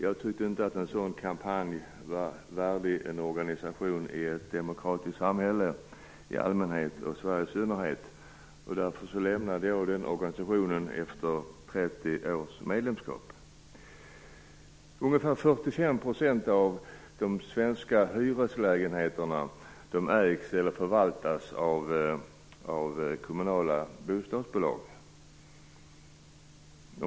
Jag tyckte inte att en sådan kampanj var värdig en organisation i ett demokratiskt samhälle i allmänhet och i Sverige i synnerhet. Därför lämnade jag organisationen efter 30 års medlemskap. Ungefär 45 % av de svenska hyreslägenheterna ägs eller fövaltas av kommunala bostadsbolag.